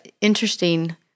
interesting